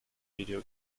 video